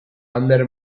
ander